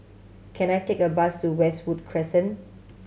can I take a bus to Westwood Crescent